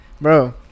Bro